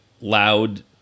loud